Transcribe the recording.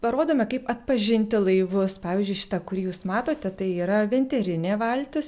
parodome kaip atpažinti laivus pavyzdžiui šitą kurį jūs matote tai yra venterienė valtis